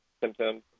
symptoms